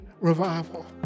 revival